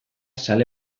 zale